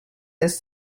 this